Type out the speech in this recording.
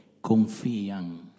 confían